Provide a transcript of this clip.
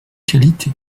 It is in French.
qualité